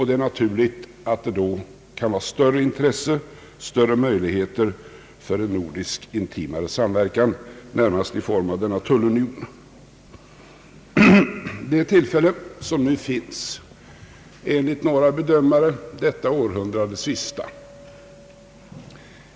Det är naturligt att det då kan finnas större intresse, större möjligheter för en intimare nordisk samverkan, närmast i form av denna tullunion. Det tillfälle som man nu har är enligt några bedömare detta århundrades sista.